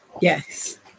yes